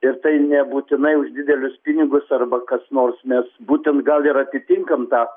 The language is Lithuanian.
ir tai nebūtinai už didelius pinigus arba kas nors nes būtent gal ir atitinkam tą